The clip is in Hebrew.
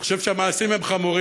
אני חושב שהמעשים הם חמורים,